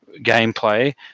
gameplay